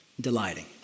delighting